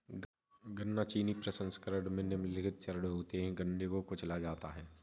गन्ना चीनी प्रसंस्करण में निम्नलिखित चरण होते है गन्ने को कुचला जाता है